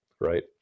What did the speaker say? right